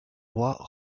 roi